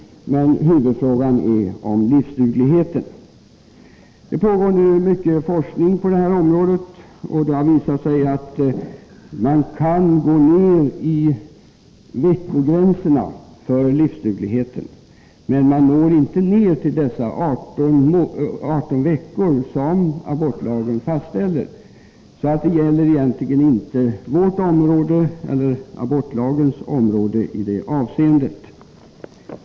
Men huvudfrågan gäller livsdugligheten. Det pågår en hel del forskning på det här området, och det har där visat sig att foster är livsdugliga efter ett mindre antal veckor än man tidigare ansett, men man kommer ändå inte ned till de 18 veckor som abortlagen fastställer. Abortlagens område berörs därför egentligen inte i det avseendet.